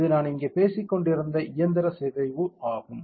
இது நான் இங்கே பேசிக்கொண்டிருந்த இயந்திர சிதைவு ஆகும்